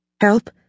Help